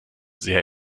sehr